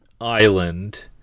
island